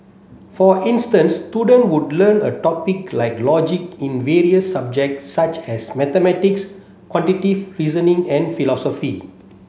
for instance student would learn a topic like logic in various subjects such as mathematics reasoning and philosophy